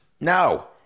No